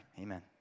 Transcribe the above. amen